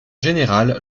général